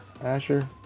Asher